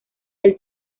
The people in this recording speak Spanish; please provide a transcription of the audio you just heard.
del